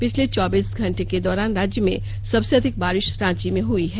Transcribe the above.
पिछले चौबीस घंटे के दौरान राज्य में सबसे अधिक बारिश रांची में हुई है